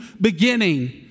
beginning